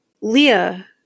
Leah